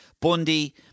Bundy